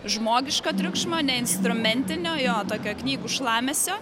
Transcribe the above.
žmogiško triukšmo neinstrumentinio jo tokio knygų šlamesio